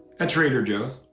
and trader joe's.